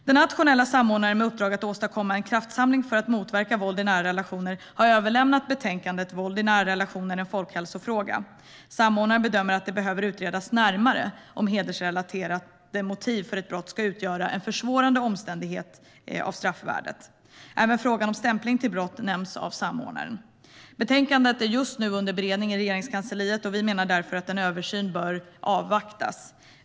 Den nationella samordnaren med uppdrag att åstadkomma en kraftsamling för att motverka våld i nära relationer har överlämnat betänkandet Våld i nära relationer - en folkhälsofråga . Samordnaren bedömer att det behöver utredas närmare om hedersrelaterade motiv för ett brott ska utgöra en försvårande omständighet för straffvärdet. Även frågan om stämpling till brott nämns av samordnaren. Betänkandet är just nu under beredning i Regeringskansliet. Vi menar därför att en översyn bör avvaktas.